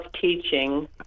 teaching